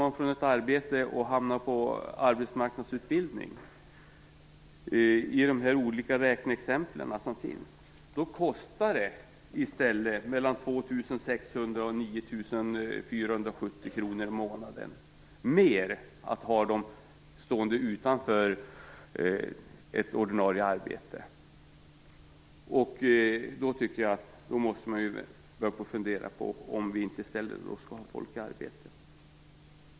Hamnar han eller hon däremot på arbetsmarknadsutbildning kostar det i stället 2 600 9 470 kr i månaden mer att ha honom eller henne stående utanför ordinarie arbete. Då tycker jag att man måste börja fundera över om vi inte i stället skall ha folk i arbete.